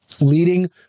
Leading